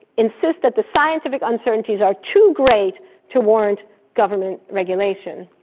insist that the scientific uncertainties are too great to warrant government regulation.